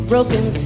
Broken